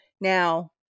now